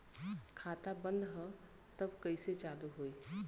खाता बंद ह तब कईसे चालू होई?